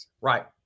Right